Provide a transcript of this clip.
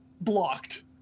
Blocked